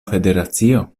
federacio